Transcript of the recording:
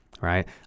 right